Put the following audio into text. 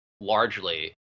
largely